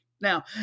now